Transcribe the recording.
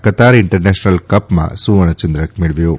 કતાર international કૌ માં સુવર્ણચંદ્રક મેળવ્યો છે